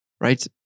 Right